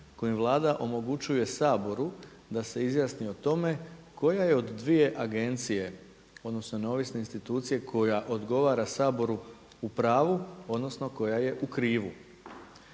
kojim Vlada omogućuje Saboru da se izjasni o tome koja je od dvije agencije odnosno neovisne institucije koja odgovara Saboru u pravu odnosno koja je u krivu.